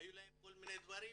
היו להם כל מיני דברים.